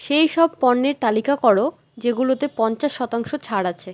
সেই সব পণ্যের তালিকা করো যেগুলোতে পঞ্চাশ শতাংশ ছাড় আছে